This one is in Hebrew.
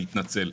אני אתנצל.